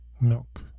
Milk